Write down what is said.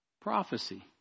Prophecy